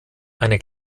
eine